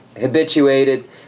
habituated